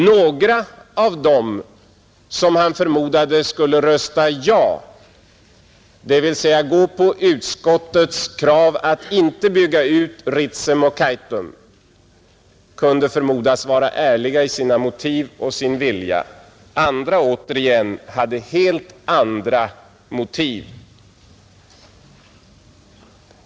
Några av dem som han förmodade skulle rösta ja, dvs. ställa sig bakom utskottets krav att inte bygga ut Ritsem och Kaitum, kunde förmodas vara ärliga i sina motiv och sin vilja. Andra återigen hade helt andra motiv.